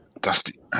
Dusty